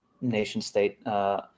nation-state